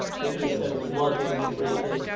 thinking in terms of logic and reason,